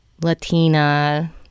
Latina